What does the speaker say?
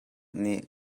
nih